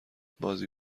بازی